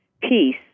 peace